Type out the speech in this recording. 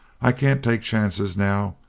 i can't take chances now.